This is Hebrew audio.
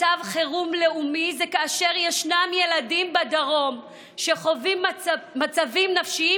מצב חירום לאומי זה כאשר ישנם ילדים בדרום שחווים מצבים נפשיים